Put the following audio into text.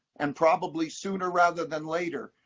and probably sooner rather than later,